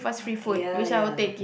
ah yeah yeah